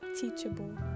teachable